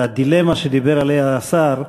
הדילמה שדיבר עליה השר,